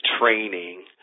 training